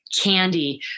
candy